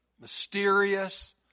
mysterious